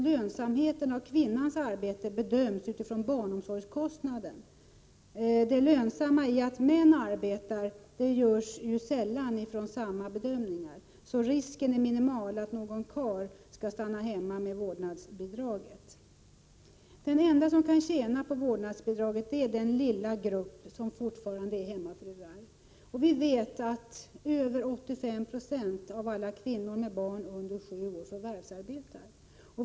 Lönsamheten i kvinnors arbete bedöms fortfarande utifrån barnomsorgskostnaden. Lönsamheten i mäns arbete bedöms sällan utifrån samma premisser. Risken är minimal att någon karl skall stanna hemma med vårdnadsbidraget. De enda som kan tjäna på vårdnadsbidraget är den lilla grupp kvinnor som fortfarande är hemmafruar. Vi vet att mer än 85 96 av alla kvinnor med barn under sju år förvärvsarbetar.